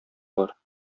бар